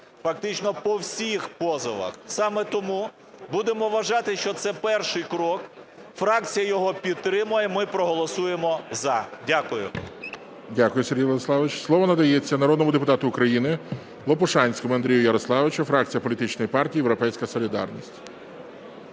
фактично по всіх позовах. Саме тому будемо вважати, що це перший крок. Фракція його підтримує, ми проголосуємо "за". Дякую. ГОЛОВУЮЧИЙ. Дякую, Сергій Владиславович. Слово надається народному депутату України Лопушанському Андрію Ярославовичу, фракція політичної партії "Європейська солідарність".